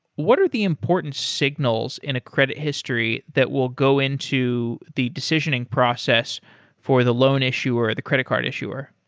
what are the important signals in a credit history that will go into the decisioning process for the loan issuer or the credit card issuer?